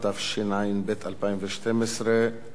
התשע"ב-2012.